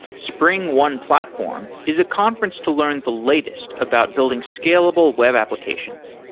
springone platform is a conference to learn the latest about building scalable web applications.